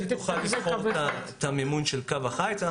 היא תתחזק קווי חיץ.